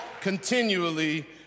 continually